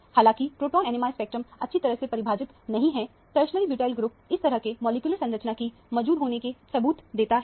हालांकि proton NMR spectrum अच्छी तरह से परिभाषित नहीं है टरसरी ब्यूटाइल ग्रुप इस तरह की मॉलिक्यूलर संरचना की मौजूद होने के सबूत देता है